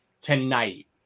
tonight